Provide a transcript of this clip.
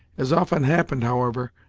as often happened, however,